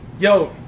Yo